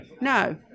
no